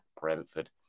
Brentford